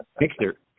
Mixer